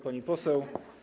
Pani Poseł!